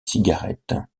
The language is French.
cigarettes